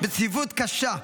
בצפיפות קשה,